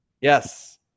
yes